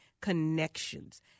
connections